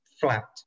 flat